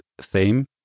theme